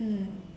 mm